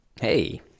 hey